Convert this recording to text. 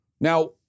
Now